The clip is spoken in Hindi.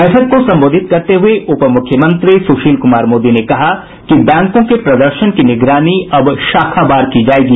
बैठक को संबोधित करते हुये उप मुख्यमंत्री सुशील कुमार मोदी ने कहा कि बैंकों के प्रदर्शन की निगरानी अब शाखावार की जायेगी